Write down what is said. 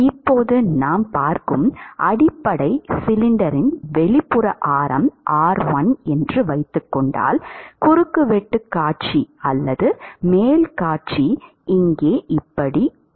இப்போது நாம் பார்க்கும் அடிப்படை சிலிண்டரின் வெளிப்புற ஆரம் r1 என்று வைத்துக் கொண்டால் குறுக்கு வெட்டுக் காட்சி அல்லது மேல் காட்சி இங்கே உள்ளது